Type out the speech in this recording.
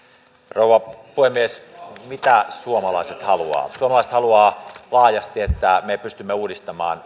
rouva puhemies mitä suomalaiset haluavat suomalaiset haluavat laajasti että me pystymme uudistamaan